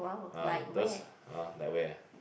ah those !huh! like where ah